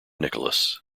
nicholas